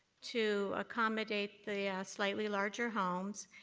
to accommodate the slightly larger homes.